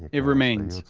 it remains,